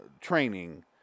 training